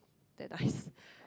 that nice